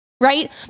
Right